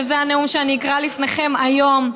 וזה הנאום שאני אקרא לפניכם היום,